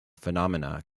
phenomena